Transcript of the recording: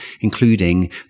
including